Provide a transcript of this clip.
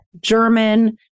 German